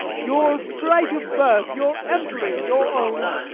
your right of birth, your empery, your own.